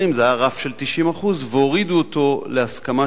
זה היה רף של 90% והורידו אותו להסכמה של